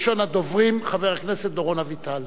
ראשון הדוברים, חבר הכנסת דורון אביטל.